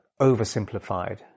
oversimplified